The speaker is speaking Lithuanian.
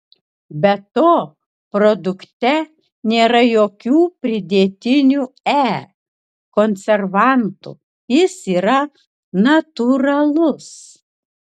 be to produkte nėra jokių pridėtinių e konservantų jis yra natūralus